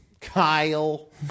Kyle